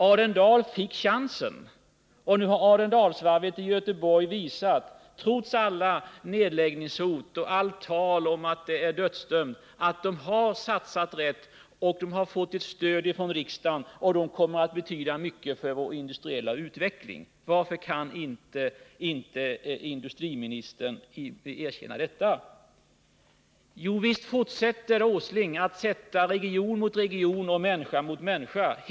Arendal fick chansen, och nu har Arendalsvarvet i Göteborg trots alla nedläggningshot och allt tal om att det är dödsdömt visat att man har satsat rätt. Varvet har fått stöd från riksdagen, och det kommer att betyda mycket för vår industriella utveckling. Varför kan inte industriministern erkänna detta? Visst fortsätter Nils Åsling att ställa region mot region och människa mot människa!